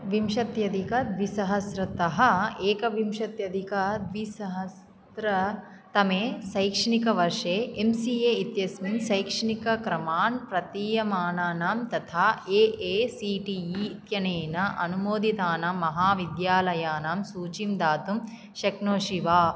विंशत्यधिकद्विसहस्रतः एकविंशत्यधिकद्विसहस्रतमे शैक्षणिकवर्षे M C A इत्यस्मिन् शैक्षणिकक्रमान् प्रदीयमानानां तथा A A C T E इत्यनेन अनुमोदितानां महाविद्यालयानां सूचीं दातुं शक्नोषि वा